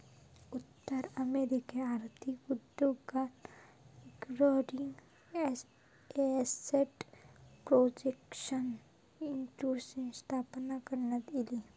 उत्तर अमेरिकन आर्थिक उद्योगात गॅरंटीड एसेट प्रोटेक्शन इन्शुरन्सची स्थापना करण्यात इली